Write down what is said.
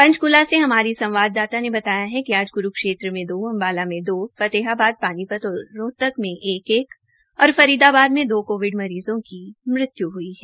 पंचकूला से हमारी संवाददाता ने बताया कि आज क्रूक्षेत्र में दो अम्बाला में दो फतेहाबाद पानीपत और रोहतक में एक एक और फरीदाबार में दो कोविड मरीज़ों की मृत्य् ह्ई है